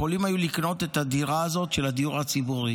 יכולים היו לקנות את הדירה הזאת של הדיור הציבורי.